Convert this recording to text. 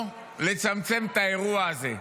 לצמצם את האירוע הזה.